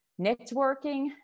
networking